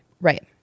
right